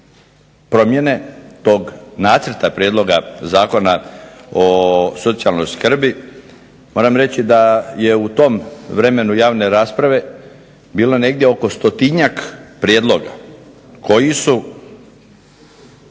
promjene tog nacrta prijedloga Zakona o socijalnoj skrbi moram reći da je u tom vremenu javne rasprave bilo negdje oko stotinjak prijedloga koji su